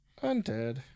Undead